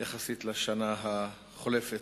יחסית לשנה החולפת.